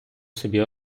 собі